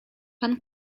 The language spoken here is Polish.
pan